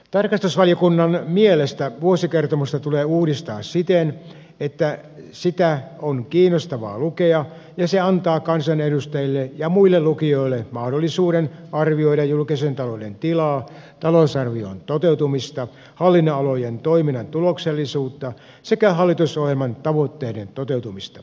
tarkastusvaliokunnan mielestä vuosikertomusta tulee uudistaa siten että sitä on kiinnostavaa lukea ja se antaa kansanedustajille ja muille lukijoille mahdollisuuden arvioida julkisen talouden tilaa talousarvion toteutumista hallinnonalojen toiminnan tuloksellisuutta sekä hallitusohjelman tavoitteiden toteutumista